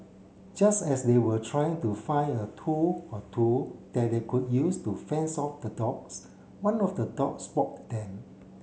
just as they were trying to find a tool or two that they could use to fence off the dogs one of the dogs spot them